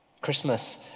Christmas